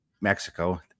Mexico